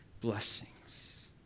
blessings